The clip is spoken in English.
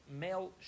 male